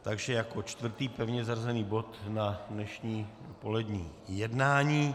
Takže jako čtvrtý pevně zařazený bod na dnešní odpolední jednání.